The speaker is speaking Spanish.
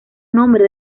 nombre